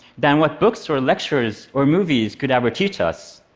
than what books or lectures or movies could ever teach us.